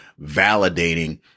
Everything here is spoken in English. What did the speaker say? validating